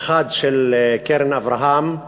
אחד של "קרן אברהם"